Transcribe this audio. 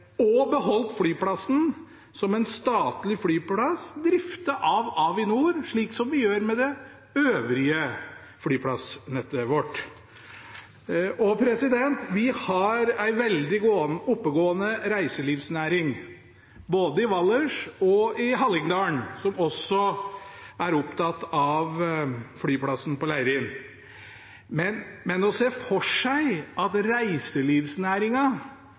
og beholdt flyplassen som en statlig flyplass driftet av Avinor, slik som ved det øvrige flyplassnettet vårt. Vi har en veldig oppegående reiselivsnæring både i Valdres og i Hallingdal, som også er opptatt av flyplassen på Leirin. Men å se for seg at